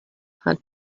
had